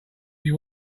you